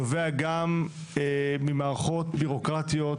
נובע גם ממערכות בירוקרטיות מסורבלות.